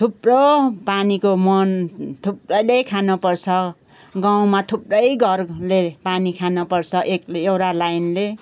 थुप्रो पानीको मुहान थुप्रोले खानुपर्छ गाउँमा थुप्रै घरले पानी खानपर्छ एक एउटा लाइनले